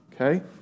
okay